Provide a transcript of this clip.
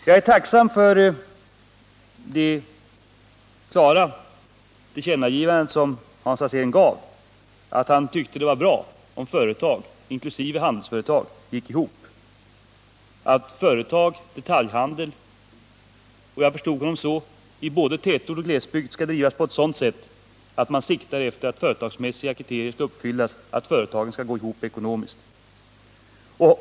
Jag är tacksam för Hans Alséns klara tillkännagivande att han tycker det är bra om företag, inkl. handelsföretag, går ihop och att detaljhandelsföretag i — jag tolkar honom så — både tätort och glesbygd skall drivas på ett sådant sätt att man siktar på att företagsmässiga kriterier skall uppfyllas och att företagen skall gå ihop ekonomiskt.